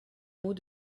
mot